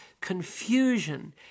confusion